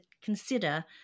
consider